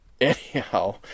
anyhow